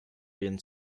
denen